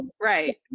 Right